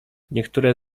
niektóre